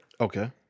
okay